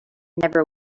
never